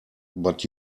but